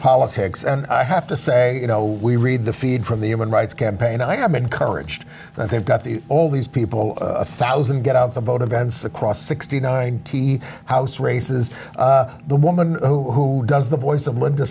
politics and i have to say you know we read the feed from the human rights campaign and i am encouraged that they've got the all these people a thousand get out the vote events across sixty nine t house races the woman who does the voice of